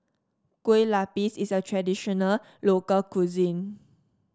Kue Lupis is a traditional local cuisine